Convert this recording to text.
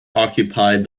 occupied